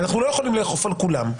אנחנו לא יכולים לאכוף על כולם.